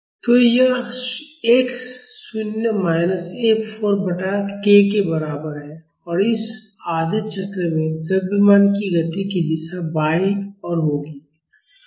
तो यह x शून्य माइनस 4 F बटा k के बराबर है और इस आधे चक्र में द्रव्यमान की गति की दिशा बाईं ओर होगी